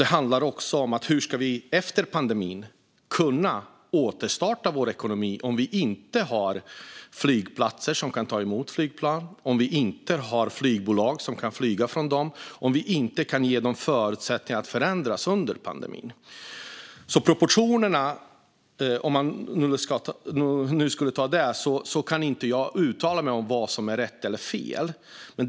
Det handlar ju också om hur vi efter pandemin ska kunna återstarta vår ekonomi om vi inte har flygplatser som kan ta emot flygplan, om vi inte har flygbolag som kan flyga från dem och om vi inte kan ge dem förutsättningar att förändras under pandemin. Om vi nu ska tala om proportionerna kan inte jag uttala mig om vad som är rätt eller fel.